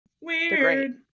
Weird